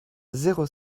zéro